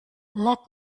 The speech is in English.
let